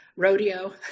rodeo